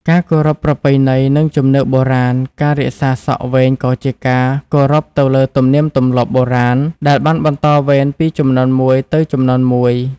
ការគោរពប្រពៃណី និងជំនឿបុរាណ ការរក្សាសក់វែងក៏ជាការ គោរពទៅលើទំនៀមទម្លាប់បុរាណ ដែលបានបន្តវេនពីជំនាន់មួយទៅជំនាន់មួយ។